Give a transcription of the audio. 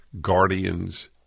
Guardians